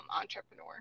entrepreneur